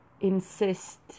insist